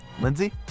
Lindsay